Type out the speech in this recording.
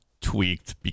tweaked